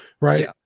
right